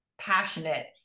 passionate